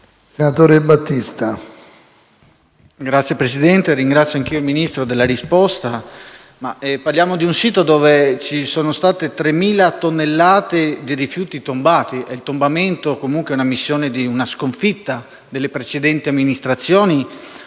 Signor Presidente, ringrazio il Ministro della risposta. Parliamo di un sito dove ci sono state 3.000 tonnellate di rifiuti tombati e il tombamento è comunque l'ammissione di una sconfitta delle precedenti amministrazioni,